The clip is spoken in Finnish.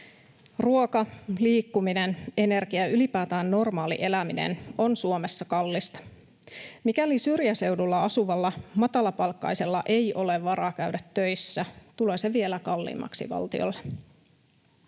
Ruoka, liikkuminen, energia ja ylipäätään normaali eläminen on Suomessa kallista. Mikäli syrjäseudulla asuvalla matalapalkkaisella ei ole varaa käydä töissä, tulee se vielä kalliimmaksi valtiolle.